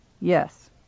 Yes